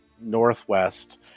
northwest